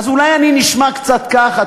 אז אולי אני נשמע קצת ככה,